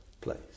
place